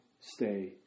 stay